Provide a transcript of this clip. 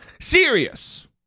serious